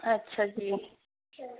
ਅੱਛਾ ਜੀ